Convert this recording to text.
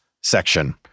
section